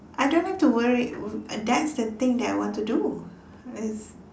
I don't like to worry that's the thing that I want to do it's